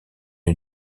une